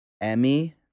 Emmy